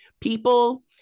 people